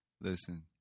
Listen